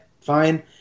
fine